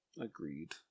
Agreed